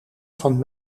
van